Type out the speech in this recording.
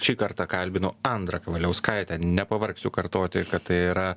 šį kartą kalbinu andrą kavaliauskaitę nepavargsiu kartoti kad tai yra